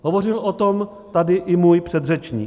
Hovořil o tom tady i můj předřečník.